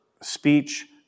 speech